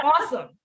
awesome